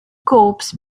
corps